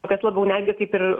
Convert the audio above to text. kad labiau netgi kaip ir